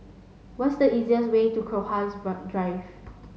what's the easiest way to Crowhurst Drive